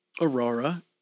Aurora